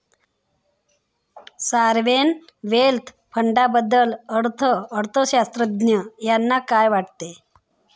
Sovereign wealth फंडाबद्दल अर्थअर्थशास्त्रज्ञ यांना काय वाटतं?